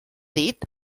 dit